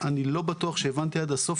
אני לא בטוח שהבנתי עד הסוף,